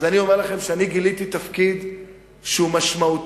אז אני אומר לכם שאני גיליתי תפקיד שהוא משמעותי,